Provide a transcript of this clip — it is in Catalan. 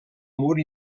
mur